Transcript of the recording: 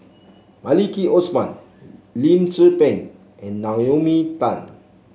Maliki Osman Lim Tze Peng and Naomi Tan